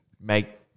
make